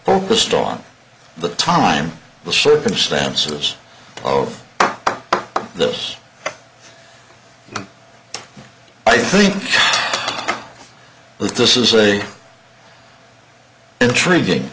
focused on the time the circumstances of this i think that this is a intriguing